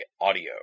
Audio